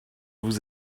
vous